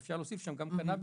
אפשר להוסיף שם רק קנאביס.